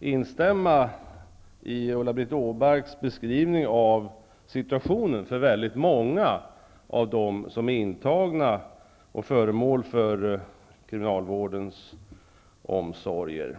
instämma i Ulla-Britt Åbarks beskrivning av situationen för väldigt många av dem som är intagna och är föremål för kriminalvårdens omsorger.